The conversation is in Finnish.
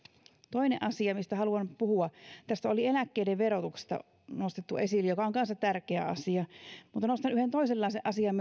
toinen asia mistä haluan puhua tässä oli eläkkeiden verotus nostettu esiin joka on kanssa tärkeä asia mutta nostan esille myös yhden toisenlaisen asian